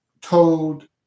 told